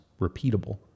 repeatable